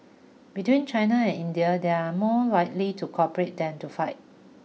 between China and India they are more likely to cooperate than to fight